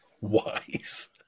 Wise